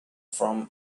from